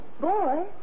boy